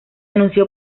anunció